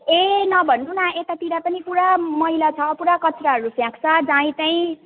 ए नभन्नु न यतातिर पनि पुरा मैला छ पुरा कचराहरू फ्याँक्छ जहीँतहीँ